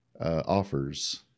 offers